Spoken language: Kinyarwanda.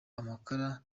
amakara